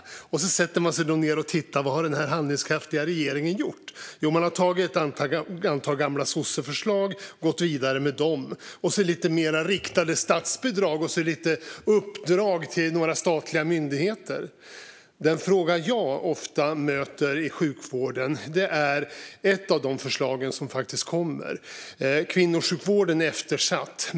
Men när man sätter sig ned och tittar på vad den handlingskraftiga regeringen har gjort ser man att den har tagit ett antal gamla sosseförslag och gått vidare med dem, och sedan är det lite mer riktade statsbidrag och lite uppdrag till några statliga myndigheter. Den fråga jag ofta möter i sjukvården berör dock ett av de förslag som faktiskt läggs fram. Kvinnosjukvården är eftersatt.